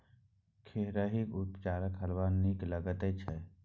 खेरहीक चाउरक हलवा नीक लगैत छै